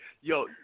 Yo